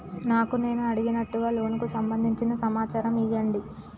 నాకు నేను అడిగినట్టుగా లోనుకు సంబందించిన సమాచారం ఇయ్యండి?